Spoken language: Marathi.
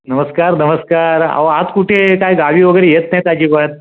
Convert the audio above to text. नमस्कार नमस्कार अहो आहात कुठे काही गावी वगैरे येत नाहीत अजिबात